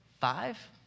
Five